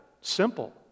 Simple